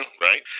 Right